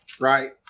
right